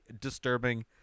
disturbing